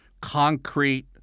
concrete